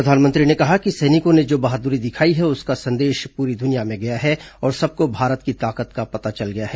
प्रधानमंत्री ने कहा कि सैनिकों ने जो बहादुरी दिखाई है उसका संदेश पूरी दुनिया में गया है और सबको भारत की ताकत का पता चल गया है